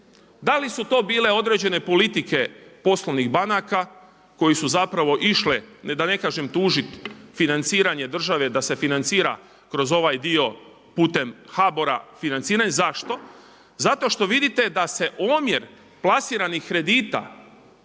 Da li su to bile određene politike poslovnih banaka koji su išle ne da ne kažem tužit financiranje države da se financira kroz ovaj dio putem HBOR-a, financiranja. Zašto? Zato što vidite da se omjer plasiranih kredita